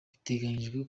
biteganijwe